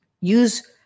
Use